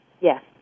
Yes